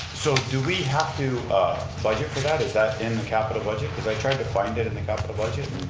so do we have to budget for that? is that in capital budget, cause i tried to find it in the capital budget.